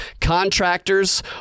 contractors